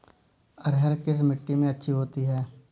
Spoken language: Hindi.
अरहर किस मिट्टी में अच्छी होती है?